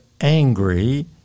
angry